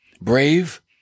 brave